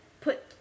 put